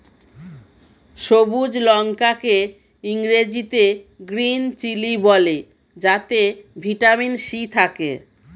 সবুজ লঙ্কা কে ইংরেজিতে গ্রীন চিলি বলে যাতে ভিটামিন সি থাকে